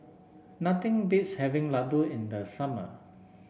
nothing beats having Ladoo in the summer